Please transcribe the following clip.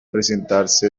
presentarse